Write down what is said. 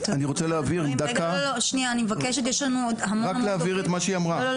אני רוצה להבהיר דקה, רק להבהיר את מה שהיא אמרה.